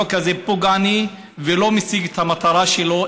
החוק הזה פוגעני ולא משיג את המטרה שלו,